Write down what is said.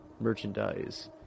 merchandise